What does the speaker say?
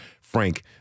Frank